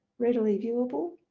readily viewable.